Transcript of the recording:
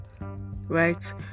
right